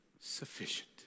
sufficient